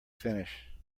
finish